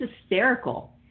hysterical